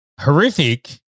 horrific